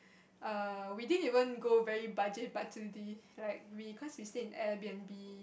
err we didn't even go very budget budget ~dy like we cause we stay in airB_N_B